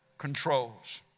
Controls